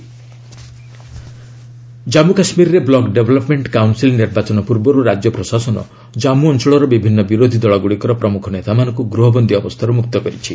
JK leaders Jammu କାଶ୍ମୀରରେ block development council ନିର୍ବାଚନ ପୂର୍ବରୁ ରାଜ୍ୟ ପ୍ରଶାସନ ଜନ୍ମୁ ଅଞ୍ଚଳର ବିଭିନ୍ନ ବିରୋଧି ଦଳଗୁଡ଼ିକର ପ୍ରମୁଖ ନେତାମାନଙ୍କୁ ଗୃହବନ୍ଦୀ ଅବସ୍ଥାରୁ ମୁକ୍ତ କରିଛି